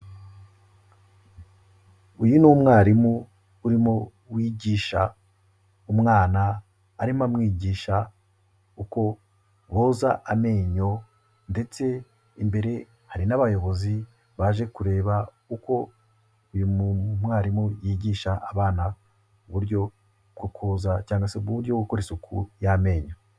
Uyu ni umwarimu urimo wigisha umwana arimo amwigisha uko boza amenyo ndetse imbere hari n'abayobozi baje kureba uko uyu mwarimu yigisha abana, uburyo bwo koza cyangwa se uburyo bwo gukora isuku y'amenyo.